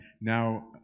now